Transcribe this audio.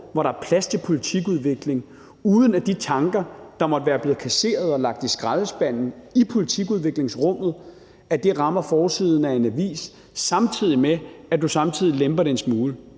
hvor der er plads til politikudvikling, uden at de tanker, der måtte være blevet kasseret og lagt i skraldespanden i politikudviklingsrummet, rammer forsiden af en avis, samtidig med at man lemper det en smule.